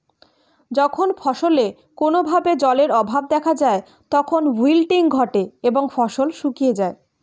যখন ফসলে কোনো ভাবে জলের অভাব দেখা যায় তখন উইল্টিং ঘটে এবং ফসল শুকিয়ে যায়